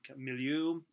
milieu